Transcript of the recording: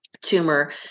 tumor